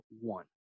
one